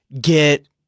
get